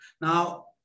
Now